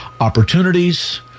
opportunities